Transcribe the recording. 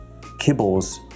kibbles